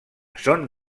són